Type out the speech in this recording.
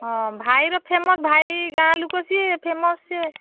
ହଁ ଭାଇର ଫେମସ୍ ଭାଇ ଗାଁ ଲୋକ ସିଏ ଫେମସ୍ ସିଏ